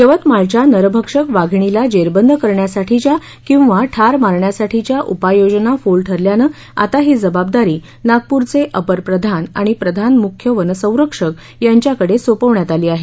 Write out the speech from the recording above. यवतमाळच्या नरभक्षक वाघिणीला जेरबंद करण्यासाठीच्या किंवा ठार मारण्यासाठीच्या उपाययोजना फोल ठरल्यानं आता ही जबाबदारी नागप्रचे अपर प्रधान आणि प्रधान मुख्य वनसंरक्षक यांच्याकडे सोपवण्यात आली आहे